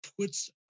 puts